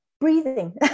breathing